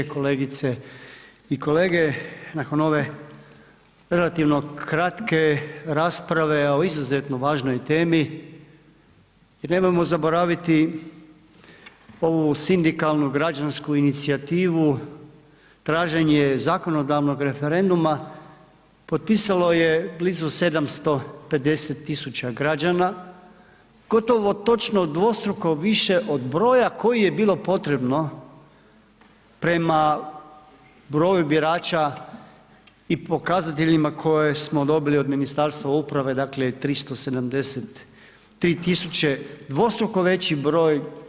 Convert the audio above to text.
Kolegice i kolege nakon ove relativno kratke rasprave o izuzetno važnoj temi jer nemojmo zaboraviti ovu sindikalnu građansku inicijativu, traženje zakonodavnog referenduma potpisalo je blizu 750.000 građana gotovo točno dvostruko više od broja koji je bilo potrebno prema broju birača i pokazateljima koje smo dobili od Ministarstva uprave, dakle 373.000, dvostruko veći broj.